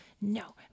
no